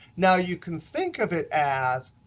now, you can think of it as,